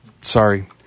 Sorry